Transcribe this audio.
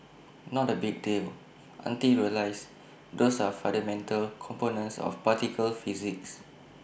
not A big deal until you realise those are fundamental components of particle physics